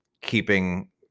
keeping